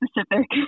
specific